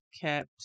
kept